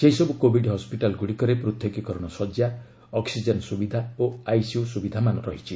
ସେହିସବୁ କୋଭିଡ୍ ହସ୍କିଟାଲ୍ଗୁଡ଼ିକରେ ପୃଥକୀକରଣ ଶଯ୍ୟା ଅକ୍ଟିଜେନ୍ ସୁବିଧା ଓ ଆଇସିୟୁ ସୁବିଧାମାନ ରହିଛି